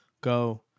go